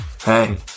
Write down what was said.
Hey